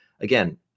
again